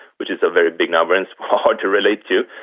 which is a very big number, and it's hard to relate to.